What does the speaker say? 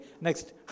Next